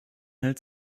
hält